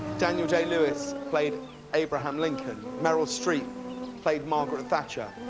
daniel-day lewis played abraham lincoln, meryl streep played margaret thacher.